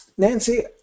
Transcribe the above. Nancy